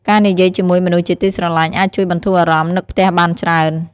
ការនិយាយជាមួយមនុស្សជាទីស្រឡាញ់អាចជួយបន្ធូរអារម្មណ៍នឹកផ្ទះបានច្រើន។